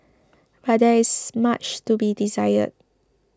but there is much to be desired